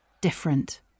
Different